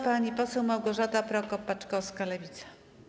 Pani poseł Małgorzata Prokop-Paczkowska, Lewica.